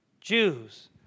Jews